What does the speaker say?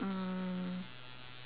mm